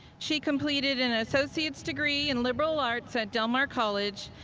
she completed an associate's degree in liberal arts at del mar college,